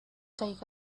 take